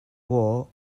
war